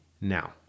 Now